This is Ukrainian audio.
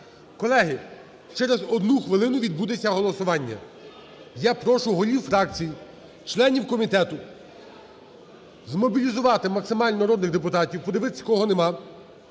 Колеги, через одну хвилину відбудеться голосування. Я прошу голів фракцій, членів комітету змобілізувати максимально народних депутатів, подивитись, кого нема,